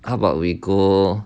how about we go